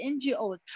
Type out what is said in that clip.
NGOs